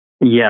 Yes